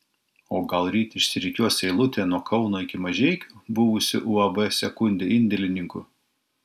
o gal ryt išsirikiuos eilutė nuo kauno iki mažeikių buvusių uab sekundė indėlininkų